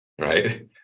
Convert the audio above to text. right